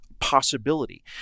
possibility